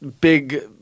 big